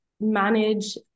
manage